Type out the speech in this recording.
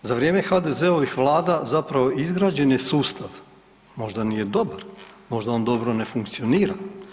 Za vrijeme HDZ-ovih vlada zapravo izgrađen je sustav, možda nije dobar, možda on dobro ne funkcionira.